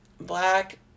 black